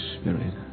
Spirit